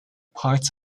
part